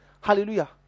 Hallelujah